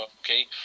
Okay